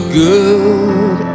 good